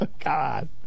God